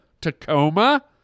Tacoma